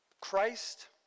Christ